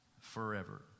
forever